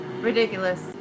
ridiculous